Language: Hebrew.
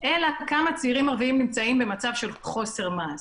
אלא כמה צעירים ערביים נמצאים במצב של חוסר מעש.